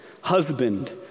Husband